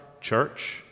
church